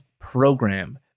Program